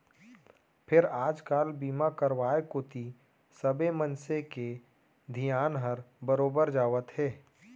फेर आज काल बीमा करवाय कोती सबे मनसे के धियान हर बरोबर जावत हे